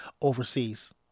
overseas